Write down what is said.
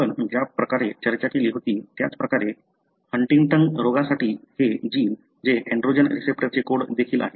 आपण ज्या प्रकारे चर्चा केली होती त्याच प्रकारे हंटिंग्टन रोगासाठी हे जीन जे एन्ड्रोजन रिसेप्टरचे कोड देखील आहेत